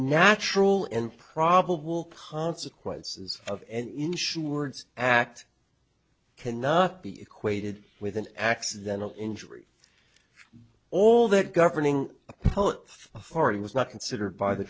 natural in probable consequences of any insurance act cannot be equated with an accidental injury all that governing authority was not considered by the